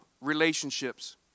relationships